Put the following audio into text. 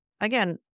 again